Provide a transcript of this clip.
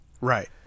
Right